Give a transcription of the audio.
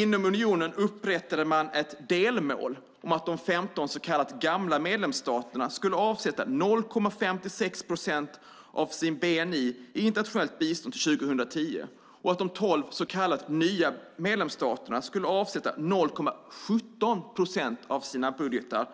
Inom unionen upprättade man ett delmål om att de 15 så kallade gamla medlemsstaterna skulle avsätta 0,56 procent av sin bni till internationellt bistånd till 2010 och att de 12 så kallade nya medlemsstaterna samma år skulle avsätta 0,17 procent av sina budgetar